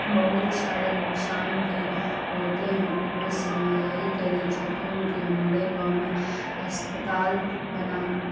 بہت سارے نقصان بھی ہوتے حکومت سے میں یہی کہنا چاہتی ہوں کہ ہمارے گاؤں میں اسپتال بنا